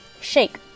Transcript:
Shake